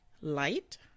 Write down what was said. Light